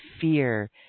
fear